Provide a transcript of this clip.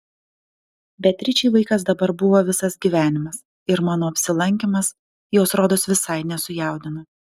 beatričei vaikas dabar buvo visas gyvenimas ir mano apsilankymas jos rodos visai nesujaudino